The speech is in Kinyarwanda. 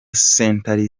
century